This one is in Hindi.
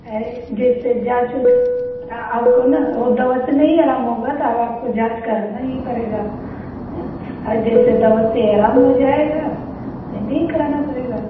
अरे जैसे जाँच उच हाँ आपको ना वह दवा से नहीं आराम होगा तब आपको जाँच करानी ही पड़ेगी ना और जैसे दवा से आराम हो जाएगा तो नहीं करानी पड़ेगी